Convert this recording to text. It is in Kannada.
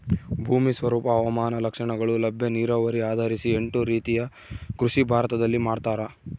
ಭೂಮಿ ಸ್ವರೂಪ ಹವಾಮಾನ ಲಕ್ಷಣಗಳು ಲಭ್ಯ ನೀರಾವರಿ ಆಧರಿಸಿ ಎಂಟು ರೀತಿಯ ಕೃಷಿ ಭಾರತದಲ್ಲಿ ಮಾಡ್ತಾರ